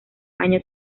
año